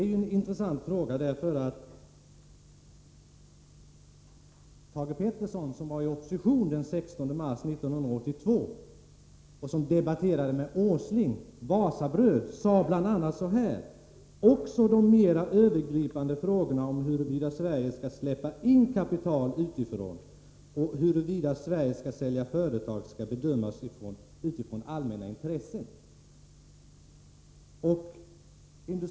Detta är intressant därför att Thage Peterson, som var i opposition den 16 mars 1982 och som ställt en fråga till Nils Åsling om den aviserade försäljningen av företaget Wasabröd, anförde då genom Hans Gustafsson bl.a.: Också de mera övergripande frågorna om huruvida Sverige skall släppa in kapital utifrån och huruvida Sverige skall sälja företag skall bedömas utifrån allmänna intressen.